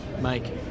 Mike